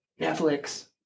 Netflix